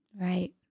Right